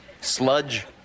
sludge